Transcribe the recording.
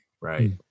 Right